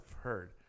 heard